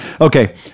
okay